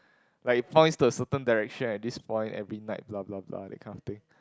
like points towards a certain direction at this point ending like blah blah blah that kind of thing